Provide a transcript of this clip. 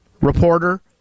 reporter